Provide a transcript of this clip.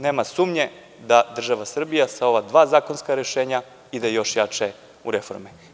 Nema sumnje da država Srbija sa ova dva zakonska rešenja ide još jače u reforme.